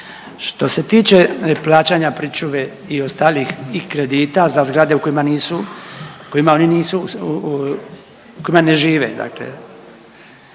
Što se tiče plaćanja pričuve i ostalih i kredita za zgrade u kojima nisu u kojima oni nisu u kojima ne žive, dakle